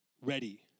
Ready